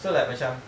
so like macam